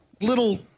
Little